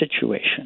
situation